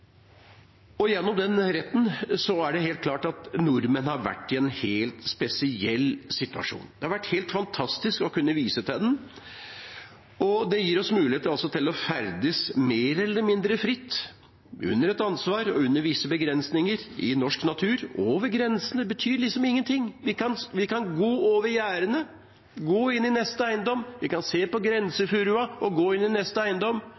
Gjennom den retten er det helt klart at nordmenn har vært i en helt spesiell situasjon. Det har vært helt fantastisk å kunne vise til den, og den gir oss altså mulighet til å ferdes mer eller mindre fritt – under ansvar og under visse begrensninger – i norsk natur. Om det er over grensene betyr liksom ingenting – vi kan gå over gjerdene, gå inn i neste eiendom, vi kan se på grensefurua og gå inn i neste eiendom,